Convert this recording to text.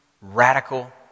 radical